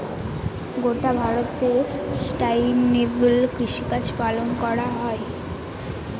গোটা ভারতে সাস্টেইনেবল কৃষিকাজ পালন করা হয়